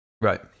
right